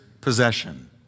possession